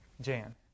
Jan